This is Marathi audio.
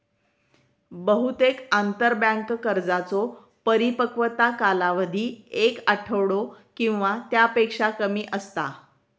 बहुतेक आंतरबँक कर्जांचो परिपक्वता कालावधी एक आठवडो किंवा त्यापेक्षा कमी असता